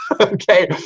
okay